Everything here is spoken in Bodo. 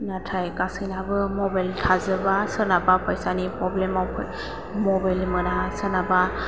नाथाय गासैनाबो मबाइल थाजोबा सोरनाबा फैसानि फ्रब्लेमाव मबाइल मोना सोरनाबा